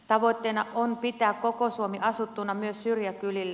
tavoitteena on pitää koko suomi asuttuna myös syrjäkylillä